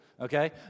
okay